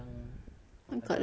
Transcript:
agak lama